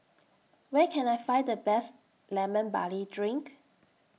Where Can I Find The Best Lemon Barley Drink